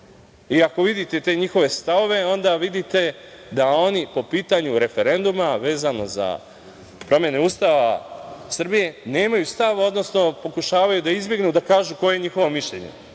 I ako vidite te njihove stavove, onda vidite da oni po pitanju referenduma, vezano za promene Ustava Srbije, nemaju stav, odnosno pokušavaju da izbegnu da kažu koje je njihovo mišljenje.